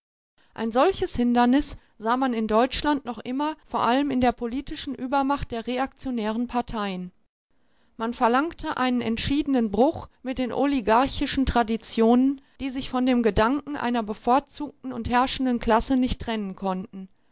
ein solches hindernis sah man in deutschland noch immer vor allem in der politischen übermacht der reaktionären parteien man verlangte einen entschiedenen bruch mit den oligarchischen traditionen die sich von dem gedanken einer bevorzugten und herrschenden klasse nicht trennen konnten